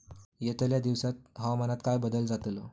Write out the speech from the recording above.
यतल्या दिवसात हवामानात काय बदल जातलो?